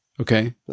okay